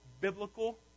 biblical